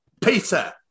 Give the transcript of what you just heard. Peter